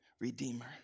redeemer